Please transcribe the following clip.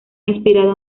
inspirado